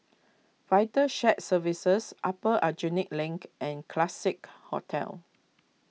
Vital Shared Services Upper Aljunied Link and Classique Hotel